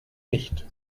nicht